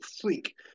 freak